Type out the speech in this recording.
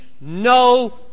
no